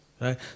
right